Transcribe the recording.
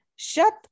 shut